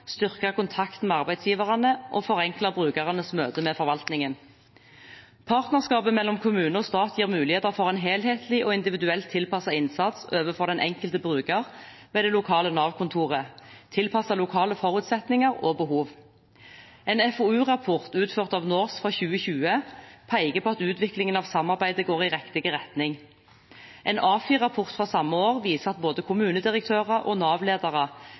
styrke kontakten med arbeidsgiverne og forenkle brukernes møte med forvaltningen. Partnerskapet mellom kommune og stat gir muligheter for en helhetlig og individuelt tilpasset innsats overfor den enkelte bruker ved det lokale Nav-kontoret, tilpasset lokale forutsetninger og behov. En FoU-rapport utført av NORCE fra 2020 peker på at utviklingen av samarbeidet går i riktig retning. En AFI-rapport fra samme år viser at både kommunedirektører og